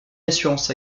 assurances